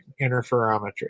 interferometry